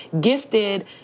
gifted